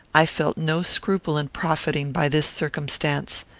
i felt no scruple in profiting by this circumstance.